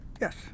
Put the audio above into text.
yes